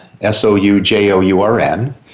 S-O-U-J-O-U-R-N